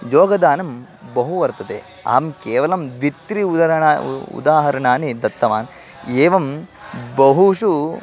योगदानं बहु वर्तते अहं केवलं द्वित्रि उदाहरणं उदाहरणानि दत्तवान् एवं बहुषु